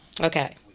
Okay